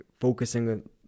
focusing